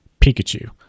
Pikachu